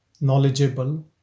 knowledgeable